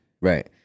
right